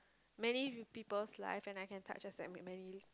many people's life and I can touch as many